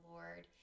Lord